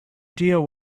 deal